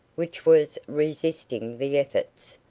which was resisting the efforts,